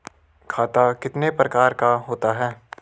खाता कितने प्रकार का होता है?